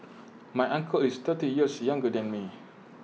my uncle is thirty years younger than me